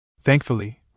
Thankfully